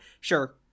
Sure